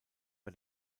bei